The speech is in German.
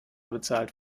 bezahlt